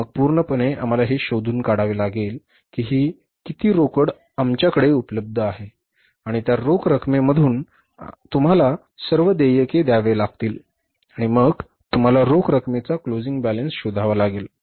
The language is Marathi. तर मग पूर्णपणे आपल्याला हे शोधून काढावे लागेल की ही किती रोकड आमच्याकडे उपलब्ध आहे आणि त्या रोख रकमेमधून तुम्हाला सर्व देयके द्यावी लागतील आणि मग तुम्हाला रोख रकमेचा क्लोजिंग बॅलन्स शोधावा लागेल